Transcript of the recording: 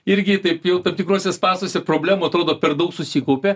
irgi taip pil tam tikruose spąstuose problemų atrodo per daug susikaupė